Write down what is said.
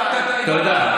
תודה.